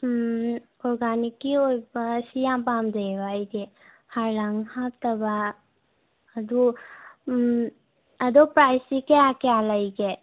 ꯎꯝ ꯑꯣꯔꯒꯥꯅꯤꯛꯀꯤ ꯑꯣꯏꯕ ꯁꯤ ꯌꯥꯝ ꯄꯥꯝꯖꯩꯑꯕ ꯑꯩꯗꯤ ꯍꯥꯔ ꯂꯥꯡ ꯍꯥꯞꯇꯕ ꯑꯗꯨ ꯑꯗꯣ ꯄ꯭ꯔꯥꯏꯖꯁꯤ ꯀꯌꯥ ꯀꯌꯥ ꯂꯩꯒꯦ